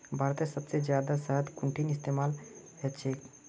भारतत सबसे जादा शहद कुंठिन इस्तेमाल ह छे